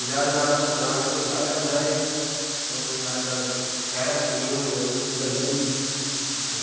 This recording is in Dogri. एन्जाय साढ़ा ओ ग्रां च होंदा गै एन्जाय ऐ क्यूंके साढ़े गर्ग शैह्रे च जि'यां होंदी ते गर्मी होंदी ते